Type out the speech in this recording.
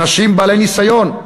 אנשים בעלי ניסיון,